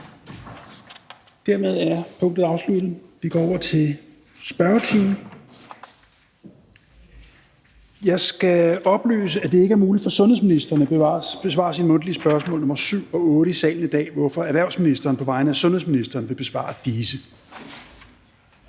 formanden Tredje næstformand (Rasmus Helveg Petersen): Jeg skal oplyse, at det ikke er muligt for sundhedsministeren at besvare de mundtlige spørgsmål nr. 7 og 8 i salen i dag, hvorfor erhvervsministeren på vegne af sundhedsministeren vil besvare disse.